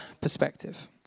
perspective